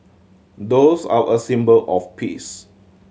doves are a symbol of peace